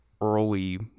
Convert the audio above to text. early